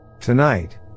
Tonight